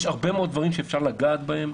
יש הרבה מאוד דברים שאפשר לגעת בהם,